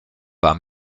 war